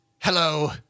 Hello